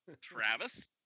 Travis